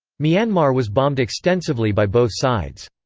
myanmar was bombed extensively by both sides.